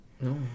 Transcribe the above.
No